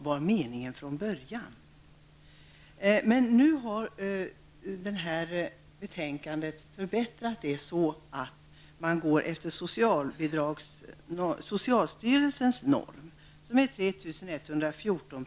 I det här betänkandet föreslås dock en förbättring, som innebär att man går efter socialstyrelsens norm, som är 3 114 kr.